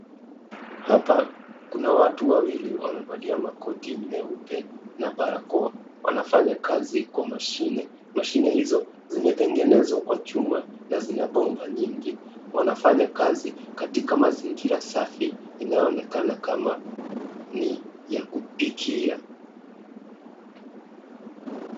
Hapa kuna watu wawili wamevalia makoti meupe na barakoa .Wanafanya kazi kwa mashine. Mashine hizo zimetegenezwa kwa chuma na zina bomba nyingi .Wanafanya kazi inayoonekana kama ni ya kupikia.